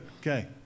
okay